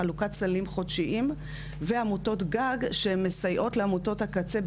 חלוקת סלים חודשיים ועמותות גג שהן מסייעות לעמותות הקצה,